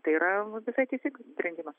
tai yra visai teisingas sprendimas